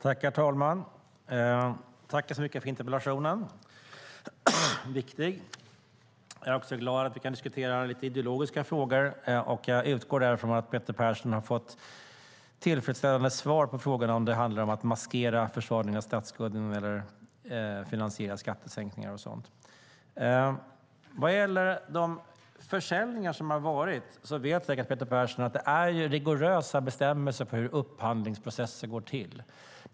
Herr talman! Jag vill tacka Peter Persson för interpellationen. Den är viktig. Jag är glad att vi kan diskutera ideologiska frågor, och jag utgår från att Peter Persson har fått tillfredsställande svar på frågan om det handlar om att maskera försvagningen av statsbudgeten eller att finansiera skattesänkningar och sådant. Vad gäller de försäljningar som har gjorts vet säkert Peter Persson att det finns rigorösa bestämmelser för hur upphandlingsprocesser går till.